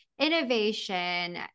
innovation